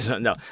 No